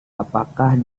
apakah